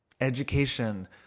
education